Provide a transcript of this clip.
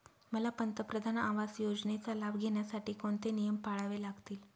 मला पंतप्रधान आवास योजनेचा लाभ घेण्यासाठी कोणते नियम पाळावे लागतील?